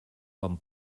van